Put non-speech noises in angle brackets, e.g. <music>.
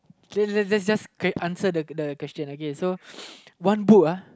okay let's let's let's just okay answer the the question again so <noise> one book ah